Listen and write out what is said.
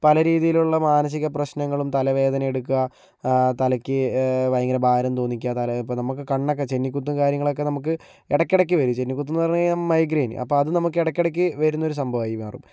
പല രീതിലുള്ള മാനസിക പ്രശ്നങ്ങളും തലവേദന എടുക്കുക തലയ്ക്ക് ഭയങ്കര ഭാരം തോന്നിക്കുക തല ഇപ്പോൾ നമ്മൾക്ക് കണ്ണൊക്കെ ചെന്നിക്കുത്തും കാര്യങ്ങളൊക്കെ നമുക്ക് ഇടക്കിടയ്ക്ക് വരും ചെന്നിക്കുത്തെന്ന് പറഞ്ഞു കഴിഞ്ഞാൽ മൈഗ്രൈൻ അപ്പോൾ അത് നമുക്ക് ഇടക്കിടയ്ക്ക് വരുന്നൊരു സംഭവായി മാറും